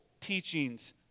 teachings